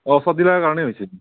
অঁ চৰ্দি লগাৰ কাৰণে হৈছে